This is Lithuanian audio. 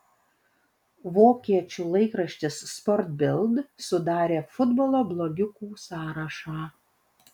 vokiečių laikraštis sport bild sudarė futbolo blogiukų sąrašą